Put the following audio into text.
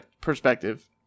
perspective